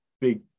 big